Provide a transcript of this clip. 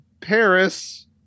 Paris